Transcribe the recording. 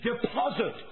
deposit